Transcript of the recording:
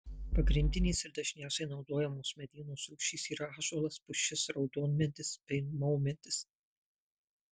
pagrindinės ir dažniausiai naudojamos medienos rūšys yra ąžuolas pušis raudonmedis bei maumedis